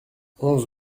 onze